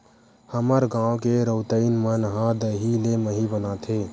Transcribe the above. हमर गांव के रउतइन मन ह दही ले मही बनाथे